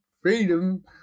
freedom